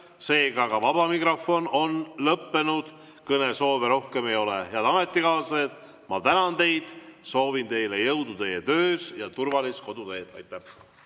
seega ka vaba mikrofon on lõppenud. Kõnesoove rohkem ei ole. Head ametikaaslased, ma tänan teid, soovin teile jõudu teie töös ja turvalist koduteed. Istung